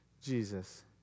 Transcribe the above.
Jesus